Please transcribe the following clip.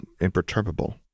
imperturbable